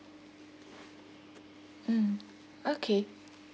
mm okay